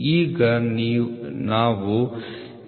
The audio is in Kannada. ಈಗ ನಾವು L